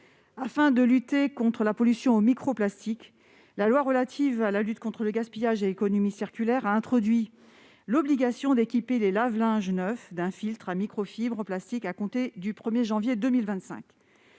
Afin de lutter contre la pollution aux microplastiques, la loi relative à la lutte contre le gaspillage et à l'économie circulaire, ou loi AGEC, a créé l'obligation d'équiper les lave-linge neufs d'un filtre à microfibres plastiques à compter du 1 janvier 2025.